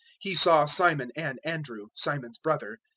he saw simon and andrew, simon's brother,